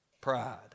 Pride